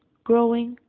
growing,